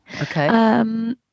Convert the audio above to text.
Okay